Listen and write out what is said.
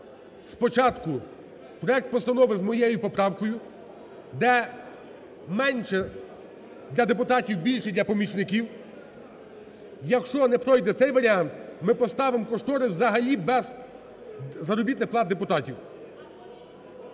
спочатку проект постанови з моєю поправкою, де менше – для депутатів, більше – для помічників. Якщо не пройде цей варіант, ми поставимо кошторис взагалі без заробітних плат депутатів.